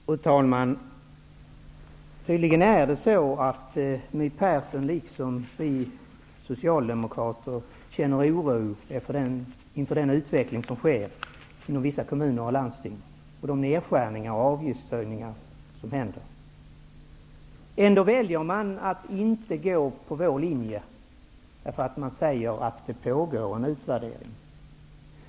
Fru talman! Tydligen känner My Persson som vi socialdemokrater oro inför den utveckling som äger rum inom vissa kommuner och landsting och inför de nedskärningar och avgiftshöjningar som görs. Ändå väljer man att inte följa vår linje. Man hänvisar i stället till att det pågår en utvärdering.